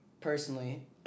personally